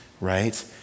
Right